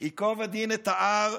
"ייקוב הדין את ההר",